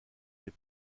les